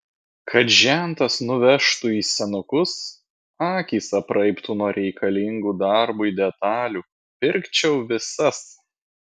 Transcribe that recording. kad žentas nuvežtų į senukus akys apraibtų nuo reikalingų darbui detalių pirkčiau visas